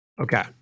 Okay